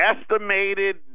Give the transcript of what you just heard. Estimated